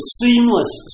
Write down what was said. seamless